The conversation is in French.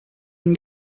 une